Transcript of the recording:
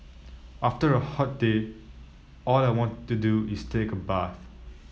after a hot day all I want to do is take a bath